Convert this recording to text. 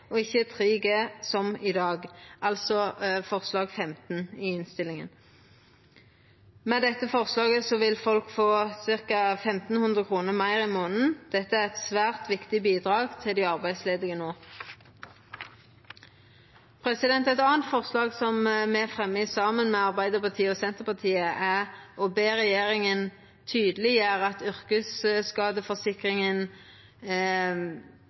ikkje 3G, som i dag – altså forslag nr. 15 i innstillinga. Med dette forslaget vil folk få ca. 1 500 kr meir i månaden. Dette er eit svært viktig bidrag til dei arbeidsledige no. Eit anna forslag, som me fremjar saman med Arbeidarpartiet og Senterpartiet, er å be regjeringa tydeleggjera at